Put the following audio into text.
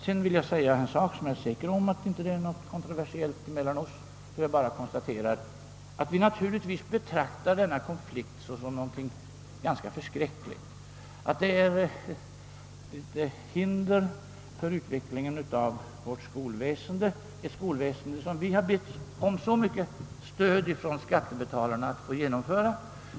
Sedan vill jag säga något som jag med säkerhet vet inte är kontroversiellt, nämligen att vi naturligtvis betraktar denna konflikt som någonting förskräckligt. Den är ett hinder för utvecklingen av vårt skolväsende, ett skolväsende vars genomförande krävt ett så stort stöd av skattebetalarna.